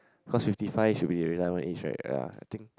cause fifty five should be the retirement age right ya I think